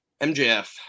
MJF